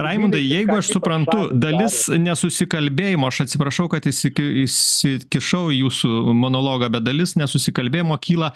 raimundai jeigu aš suprantu dalis nesusikalbėjimo aš atsiprašau kad įsik įsikišau į jūsų monologą bet dalis nesusikalbėjimo kyla